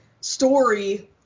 story